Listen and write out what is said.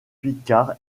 picard